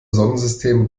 sonnensystem